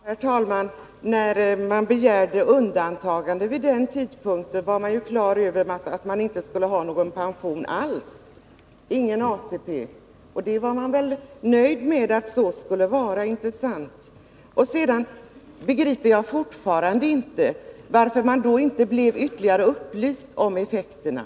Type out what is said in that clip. Herr talman! När man vid den tidpunkten begärde undantagande var man ju på det klara med att man inte skulle ha någon ATP alls. Man måste väl ha varit nöjd med att så skulle vara, inte sant? Sedan måste jag säga att jag fortfarande inte begriper varför de här människorna inte blev upplysta om effekterna.